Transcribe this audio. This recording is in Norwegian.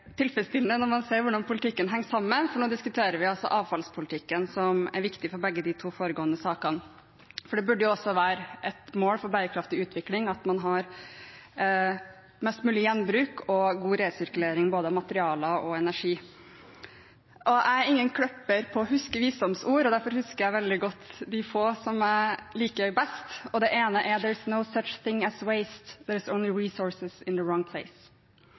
tilfredsstillende når man ser hvordan politikken henger sammen, for nå diskuterer vi altså avfallspolitikken, som er viktig for begge de to foregående sakene. For det burde jo også være et mål for bærekraftig utvikling at man har mest mulig gjenbruk og god resirkulering av både materialer og energi. Jeg er ingen kløpper på å huske visdomsord, og derfor husker jeg veldig godt de få som jeg liker best. Det ene er: «There’s no such thing as waste, there’s only